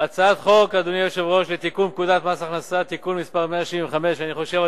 חוק לתיקון פקודת מס הכנסה (מס' 175). אני חושב,